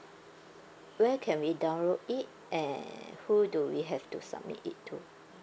where can we download it and who do we have to submit it to